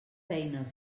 eines